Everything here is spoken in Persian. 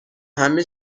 همه